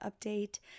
update